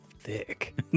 thick